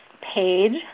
page